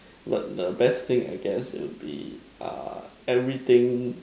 but the best thing I guess it would be uh everything